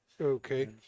Okay